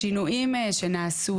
השינויים שנעשו,